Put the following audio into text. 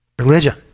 Religion